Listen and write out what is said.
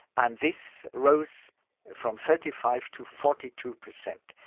and this rose from thirty five to forty two percent.